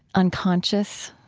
unconscious.